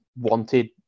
wanted